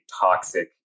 toxic